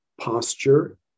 posture